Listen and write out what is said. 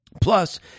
Plus